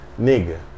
Nigga